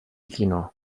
chinò